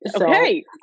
Okay